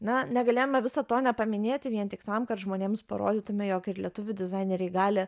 na negalėjome viso to nepaminėti vien tik tam kad žmonėms parodytume jog ir lietuvių dizaineriai gali